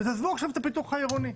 עזבו עכשיו את הפיתוח העירוני.